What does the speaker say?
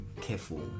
careful